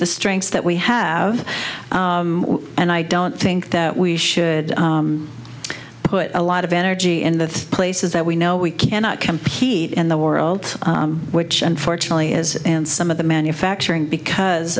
the strengths that we have and i don't think that we should put a lot of energy in the places that we know we cannot compete in the world which unfortunately is and some of the manufacturing because